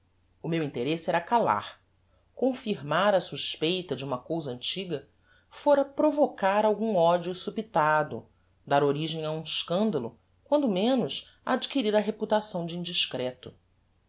o meu interesse era calar confirmar a suspeita de uma cousa antiga fôra provocar algum odio supitado dar origem a um escandalo quando menos adquirir a reputação de indiscreto